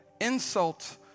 Insult